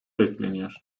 bekleniyor